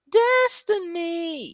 destiny